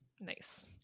Nice